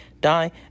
die